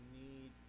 need